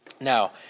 Now